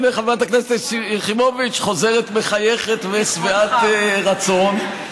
הינה חברת הכנסת יחימוביץ חוזרת מחייכת ושבעת רצון.